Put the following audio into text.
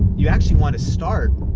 you actually wanna start,